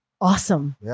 awesome